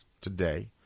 today